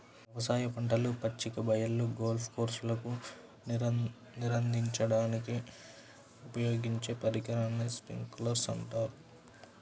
వ్యవసాయ పంటలు, పచ్చిక బయళ్ళు, గోల్ఫ్ కోర్స్లకు నీరందించడానికి ఉపయోగించే పరికరాన్ని స్ప్రింక్లర్ అంటారు